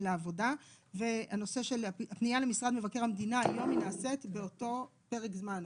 לעבודה והפנייה למשרד מבקר המדינה היום נעשית באותו פרק זמן.